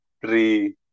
three